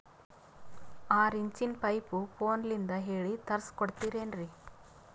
ಆರಿಂಚಿನ ಪೈಪು ಫೋನಲಿಂದ ಹೇಳಿ ತರ್ಸ ಕೊಡ್ತಿರೇನ್ರಿ?